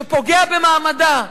שפוגע במעמדה,